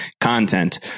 content